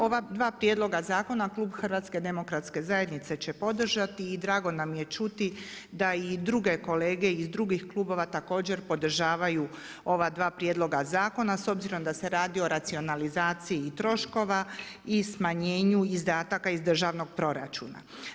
Ova dva prijedloga zakona klub Hrvatske demokratske zajednice će podržati i drago nam je čuti da i druge kolege iz drugih klubova također podržavaju ova dva prijedloga zakona s obzirom da se radi o racionalizaciji troškova i smanjenju izdataka iz državnog proračuna.